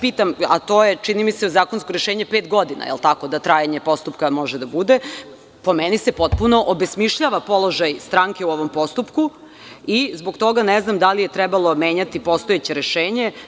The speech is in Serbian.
Pitam se, a to je čini mi se zakonski rešenje, pet godina, da trajanje postupka može da bude, po meni se potpuno obesmišljava položaj stranke u ovom postupku i zbog toga ne znam da li je trebalo menjati postojeće rešenje.